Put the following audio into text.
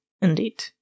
Indeed